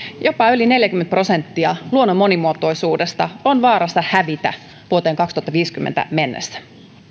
jopa yli neljäkymmentä prosenttia luonnon monimuotoisuudesta on vaarassa hävitä vuoteen kaksituhattaviisikymmentä mennessä